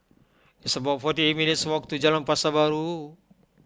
it's about forty eight minutes' walk to Jalan Pasar Baru